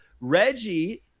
Reggie